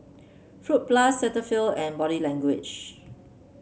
Fruit Plus Cetaphil and Body Language